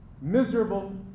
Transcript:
miserable